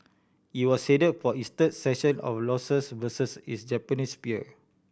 it was headed for its third session of losses versus its Japanese peer